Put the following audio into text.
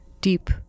deep